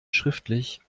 schriftlich